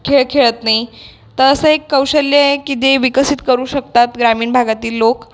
खेळ खेळत नाही तर असं एक कौशल्य आहे की ते विकसित करू शकतात ग्रामीण भागातील लोक